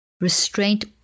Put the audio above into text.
restraint